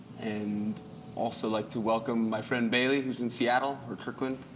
and also like to welcome my friend bailey who's in seattle or kirkland,